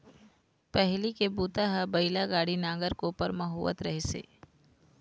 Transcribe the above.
पहिली के बूता ह बइला गाड़ी, नांगर, कोपर म होवत रहिस हे